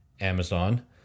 Amazon